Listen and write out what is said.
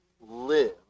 live